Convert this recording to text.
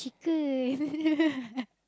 chicken